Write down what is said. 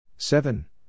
Seven